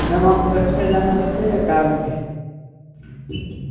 ma'am आप bus में जाना चाहते हैं या कार में